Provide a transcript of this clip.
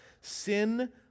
sin